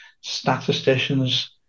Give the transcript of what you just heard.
statisticians